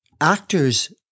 actors